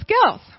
skills